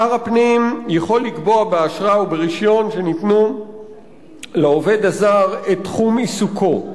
שר הפנים יכול לקבוע באשרה או ברשיון שניתנו לעובד הזר את תחום עיסוקו.